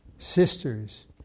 sisters